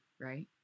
right